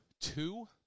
two